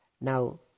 Now